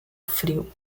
frio